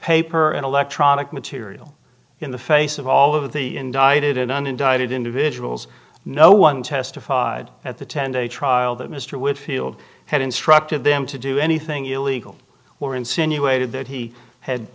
paper and electronic material in the face of all of the indicted and unindicted individuals no one testified at the ten day trial that mr whitfield had instructed them to do anything illegal or insinuated that he had